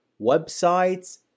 websites